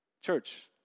Church